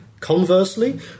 Conversely